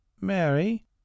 Mary